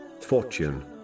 fortune